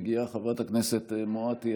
מגיעה חברת הכנסת מואטי,